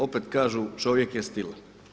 Opet kažu čovjek je stila.